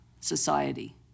society